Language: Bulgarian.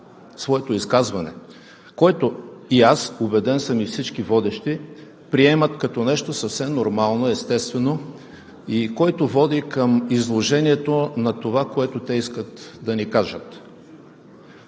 своето изказване, който и аз, убеден съм и всички водещи, приемат като нещо съвсем нормално, естествено, който води към изложението на това, което те искат да ни кажат.